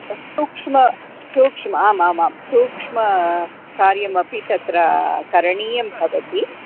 सूक्ष्मं सूक्ष्मं आमामां सूक्ष्मकार्यमपि तत्र करणीयं भवति